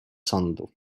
sądu